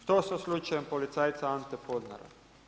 Što sa slučajem policajca Ante Podnara?